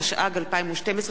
התשע"ג 2012,